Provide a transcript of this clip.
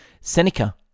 Seneca